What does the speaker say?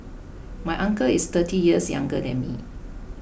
my uncle is thirty years younger than me